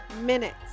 minutes